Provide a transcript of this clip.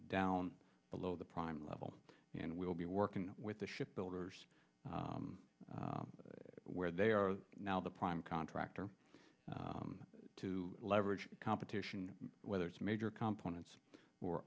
down below the prime level and we'll be working with the ship builders where they are now the prime contractor to leverage competition whether it's major components or